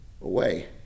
away